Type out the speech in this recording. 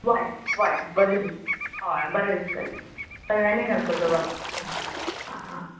वायट वायट बरें दिस हय बरें दिसतलें सगळ्यांनी घालपाचो वायट आं आं आं